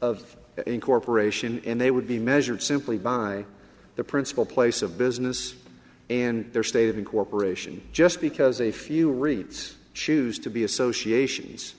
of incorporation and they would be measured simply by the principal place of business and their state of incorporation just because a few reads choose to be associations